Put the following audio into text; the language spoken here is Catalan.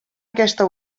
aquesta